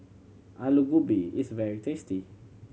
Aloo Gobi is very tasty